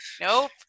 Nope